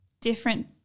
different